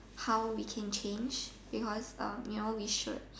how we can change because we short